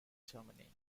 germany